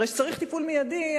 כשצריך טיפול מיידי,